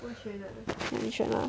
你选 lah